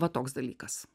va toks dalykas